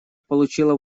получила